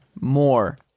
more